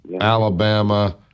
Alabama